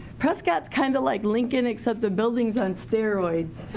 prescott's kinda like lincoln except the buildings on steroids.